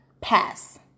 pass